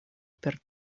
per